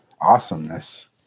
Awesomeness